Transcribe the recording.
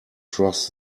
cross